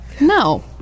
No